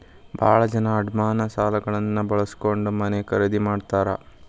ಭಾಳ ಜನ ಅಡಮಾನ ಸಾಲಗಳನ್ನ ಬಳಸ್ಕೊಂಡ್ ಮನೆ ಖರೇದಿ ಮಾಡ್ತಾರಾ